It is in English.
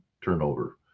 turnover